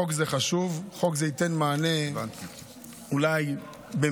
חוק זה חשוב, חוק זה ייתן מענה אולי במעט,